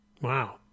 Wow